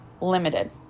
limited